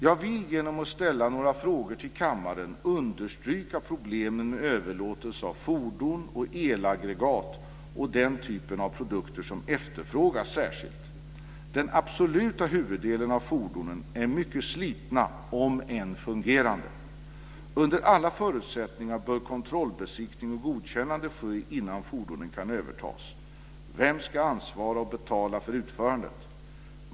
Jag vill genom att ställa några frågor till kammaren understryka problemen med överlåtelse av fordon, elaggregat och den typen av produkter, som efterfrågas särskilt. Den absoluta huvuddelen av fordonen är mycket slitna, om än fungerande. Under alla förutsättningar bör kontrollbesiktning och godkännande ske innan fordonen kan övertas. Vem ska ansvara och betala för utförandet?